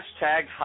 hashtag